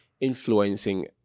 Influencing